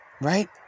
Right